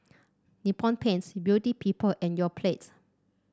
Nippon Paint Beauty People and Yoplait